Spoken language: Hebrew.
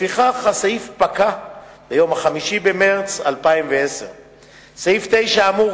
לפיכך פקע הסעיף ביום 5 במרס 2010. סעיף 9 האמור